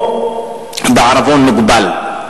או בעירבון מוגבל.